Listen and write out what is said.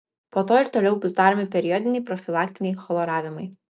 po to ir toliau bus daromi periodiniai profilaktiniai chloravimai